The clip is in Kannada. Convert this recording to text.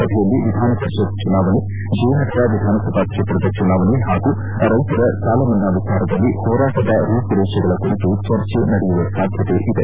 ಸಭೆಯಲ್ಲಿ ವಿಧಾನಪರಿಷತ್ ಚುನಾವಣೆ ಜಯನಗರ ವಿಧಾನಸಭಾ ಕ್ಷೇತ್ರದ ಚುನಾವಣೆ ಹಾಗೂ ರೈತರ ಸಾಲಮನ್ನಾ ವಿಚಾರದಲ್ಲಿ ಹೋರಾಟದ ರೂಪುರೇಷೆಗಳ ಕುರಿತು ಚರ್ಚೆ ನಡೆಯುವ ಸಾಧ್ಯತೆ ಇದೆ